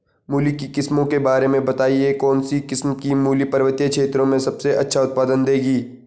मूली की किस्मों के बारे में बताइये कौन सी किस्म की मूली पर्वतीय क्षेत्रों में सबसे अच्छा उत्पादन देंगी?